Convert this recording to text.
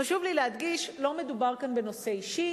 חשוב לי להדגיש: לא מדובר כאן בנושא אישי.